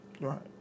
Right